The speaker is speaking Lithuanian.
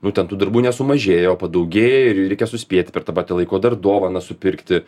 nu ten tų darbų nesumažėja o padaugėja ir reikia suspėt per tą patį laiką o dar dovanas supirkti